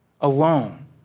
alone